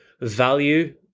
Value